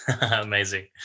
Amazing